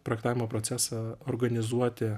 projektavimo procesą organizuoti